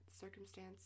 circumstance